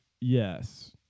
Yes